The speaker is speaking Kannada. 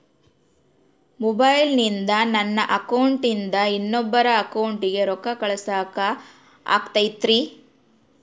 ಮೊಬೈಲಿಂದ ನನ್ನ ಅಕೌಂಟಿಂದ ಇನ್ನೊಬ್ಬರ ಅಕೌಂಟಿಗೆ ರೊಕ್ಕ ಕಳಸಾಕ ಆಗ್ತೈತ್ರಿ?